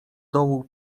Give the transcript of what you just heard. dołu